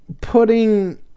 putting